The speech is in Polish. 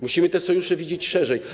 Musimy te sojusze widzieć szerzej.